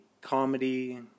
comedy